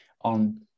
on